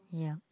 yeah